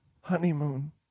honeymoon